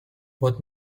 both